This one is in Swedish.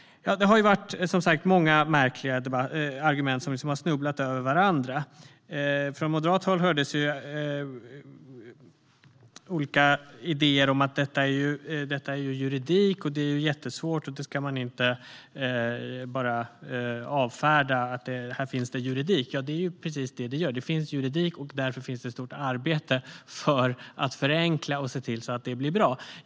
Det har som sagt varit många märkliga argument som har snubblat över varandra. Från moderat håll hördes olika idéer om att detta är juridik och jättesvårt. Men man ska inte bara avfärda och säga att det finns juridik här. Det är ju precis detta det gör, och därför finns det ett stort arbete för att förenkla och se till att det blir bra.